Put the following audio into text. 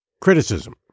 criticism